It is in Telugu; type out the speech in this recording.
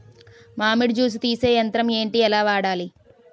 మామిడి జూస్ తీసే యంత్రం ఏంటి? ఎలా వాడాలి?